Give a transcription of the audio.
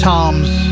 Toms